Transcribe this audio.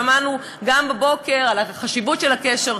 שמענו גם הבוקר על החשיבות של הקשר,